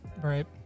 Right